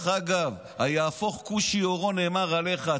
"היהפֹך כושי עורו" נאמר עליך.